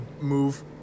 move